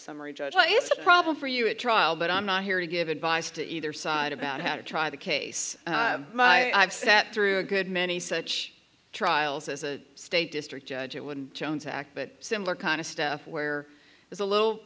summary judgment is a problem for you at trial but i'm not here to give advice to either side about how to try the case my i've sat through a good many such trials as a state district judge it wouldn't jones act but similar kind of stuff where there's a little